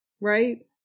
right